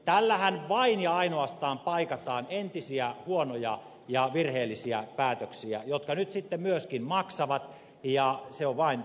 tällähän vain ja ainoastaan paikataan entisiä huonoja ja virheellisiä päätöksiä jotka nyt sitten myöskin maksavat ja se on vain pakko toteuttaa